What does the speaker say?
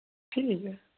ठीक